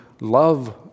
love